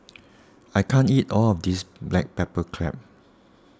I can't eat all of this Black Pepper Crab